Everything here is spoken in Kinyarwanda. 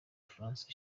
france